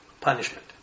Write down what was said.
punishment